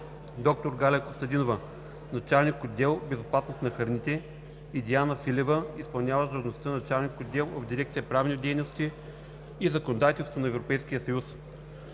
доктор Галя Костадинова – началник на отдел „Безопасност на храните“, и Диана Филева – изпълняващ длъжността началник на отдел в дирекция „Правни дейности и законодателство на Европейския съюз“;